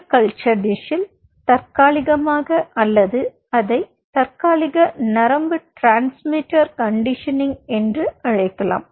ஒரு கல்ச்சர் டிஷ்ஷில் தற்காலிகமாக அல்லது அதை தற்காலிக நரம்பு டிரான்ஸ்மிட்டர் கண்டிஷனிங் என்று அழைக்கலாம்